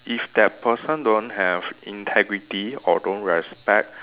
if that person don't have integrity or don't respect